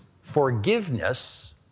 forgiveness